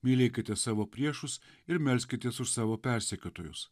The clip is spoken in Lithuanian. mylėkite savo priešus ir melskitės už savo persekiotojus